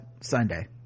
sunday